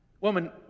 Woman